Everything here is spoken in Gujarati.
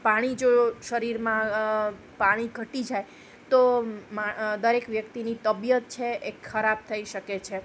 પાણી જો શરીરમાં પાણી ઘટી જાય તો મા દરેક વ્યક્તિની તબિયત છે એ ખરાબ થઈ શકે છે